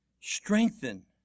strengthen